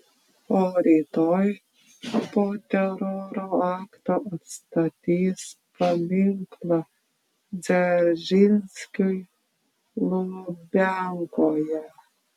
o rytoj po teroro akto atstatys paminklą dzeržinskiui lubiankoje